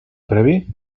previ